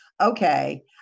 okay